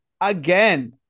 Again